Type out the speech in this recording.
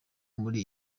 muri